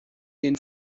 den